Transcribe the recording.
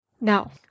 Now